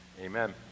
Amen